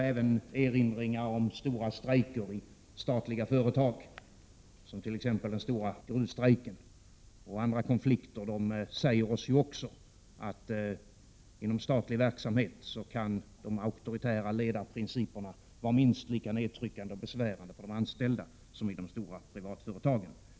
Även erinringar om stora strejker i statliga företag — t.ex. den stora gruvstrejken eller andra konflikter — säger oss att auktoritära ledarprinciper inom statlig verksamhet kan vara minst lika nedtryckande och besvärande för de anställda som motsvarande principer i de stora privatföretagen.